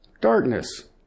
Darkness